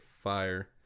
fire